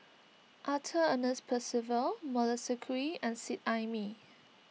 Arthur Ernest Percival Melissa Kwee and Seet Ai Mee